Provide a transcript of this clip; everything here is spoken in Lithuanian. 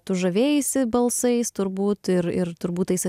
tu žavėjaisi balsais turbūt ir ir turbūt tais